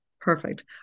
Perfect